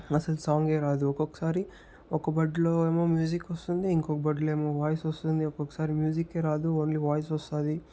అసలు సాంగే రాదు ఒక్కొక్కసారి ఒక్క బడ్లో ఏమో మ్యూజిక్ వస్తుంది ఇంకొక బడ్లో ఏమో వాయిస్ వస్తుంది ఒక్కొక్కసారి మ్యూజిక్కే రాదు ఓన్లీ వాయిస్ వస్తుంది